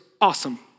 awesome